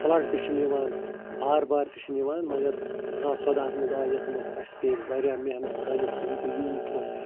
flood تہِ چھِنہٕ یِوان بار بار تہِ چھِنہٕ یِوان مگر زٕ ساس ژۄداہَس منٛز آیہِ یَتھ منٛز اَسہِ پےٚ واریاہ محنت سٲنِس یِم تہِ یوٗتھ اوس